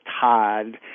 Todd